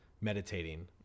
meditating